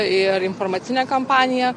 ir informacinė kampanija